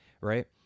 Right